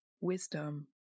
wisdom